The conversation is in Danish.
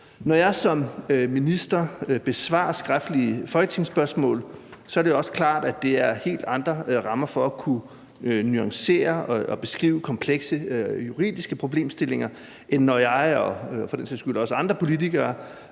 Når jeg som minister besvarer skriftlige folketingsspørgsmål, er det også klart, at der er helt andre rammer for at kunne nuancere og beskrive komplekse juridiske problemstillinger, end når jeg og for den sags skyld også andre politikere